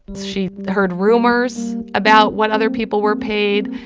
she heard rumors about what other people were paid.